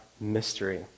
mystery